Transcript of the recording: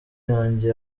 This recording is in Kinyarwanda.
yanjye